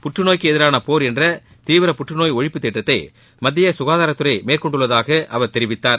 புற்றுநோய்க்கு எதிரான போர் என்ற தீவிர புற்றுநோய் ஒழிப்புத் திட்டத்தை மத்திய சுகாதாரத்துறை மேற்கொண்டுள்ளதாக அவர் தெரிவித்தார்